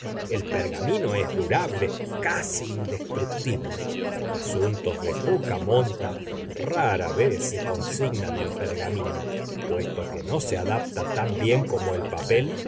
el pergamino es durable casi indestructible asuntos de poca monta rara vez se consignan en pergamino puesto que no se adapta tan bien como el papel